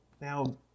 now